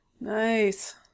Nice